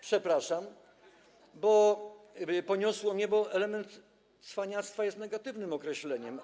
Przepraszam, poniosło mnie, bo element cwaniactwa jest negatywnym określeniem.